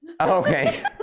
Okay